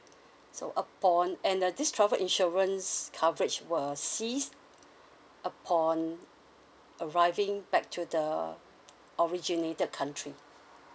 so upon and the this travel insurance coverage will cease upon arriving back to the originated country